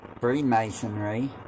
Freemasonry